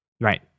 Right